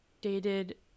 dated